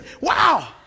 Wow